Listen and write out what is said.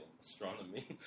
Astronomy